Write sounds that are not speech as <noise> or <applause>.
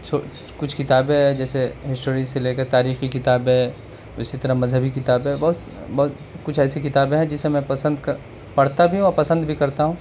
<unintelligible> کچھ کتابیں ہیں جیسے ہسٹوری سے لے کے تاریخی کتابیں اسی طرح مذہبی کتابیں ہیں بہت سے کچھ ایسی کتابیں ہیں جسے میں پسند پڑھتا بھی ہوں اور پسند بھی کرتا ہوں